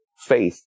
faith